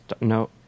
no